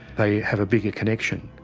i have a bigger connection.